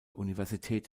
universität